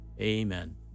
amen